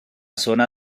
zona